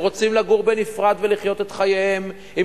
הם רוצים לגור בנפרד ולחיות את חייהם עם